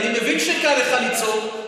אני מבין שקל לך לצעוק,